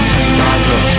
Tomorrow